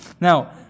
Now